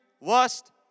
lust